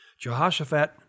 Jehoshaphat